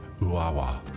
Uawa